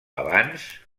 abans